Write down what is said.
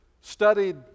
studied